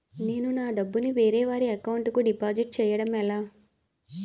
నేను నా డబ్బు ని వేరే వారి అకౌంట్ కు డిపాజిట్చే యడం ఎలా?